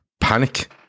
panic